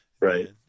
Right